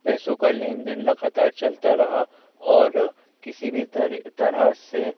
पैसों का लेन देन लगातार चलता रहा और किसी भी तरह तरह से